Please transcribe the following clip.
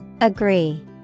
Agree